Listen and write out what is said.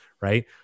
right